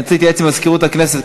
אני רוצה להתייעץ עם מזכירות הכנסת.